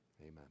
Amen